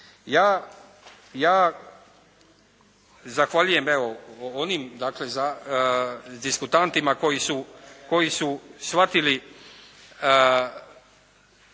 Ja zahvaljujem onim diskutantima koji su shvatili